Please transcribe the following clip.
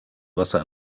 wasser